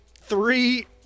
three